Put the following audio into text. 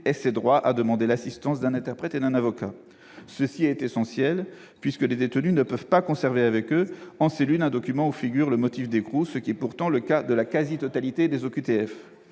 et ses droits à demander l'assistance d'un interprète et d'un avocat. C'est essentiel, puisque les détenus ne peuvent pas conserver en cellule de document où figure le motif d'écrou, ce qui est pourtant le cas de la quasi-totalité des OQTF.